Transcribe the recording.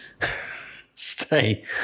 Stay